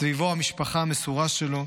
סביבו המשפחה המסורה שלו,